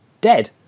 dead